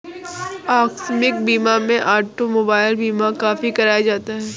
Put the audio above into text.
आकस्मिक बीमा में ऑटोमोबाइल बीमा काफी कराया जाता है